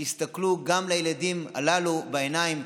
שיסתכלו גם לילדים הללו בעיניים,